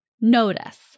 Notice